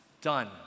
done